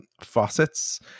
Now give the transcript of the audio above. faucets